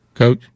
Coach